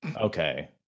okay